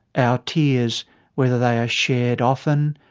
our tears whether they are shared often,